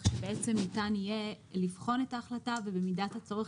כך שבעצם ניתן יהיה לבחון את ההחלטה ובמידת צורך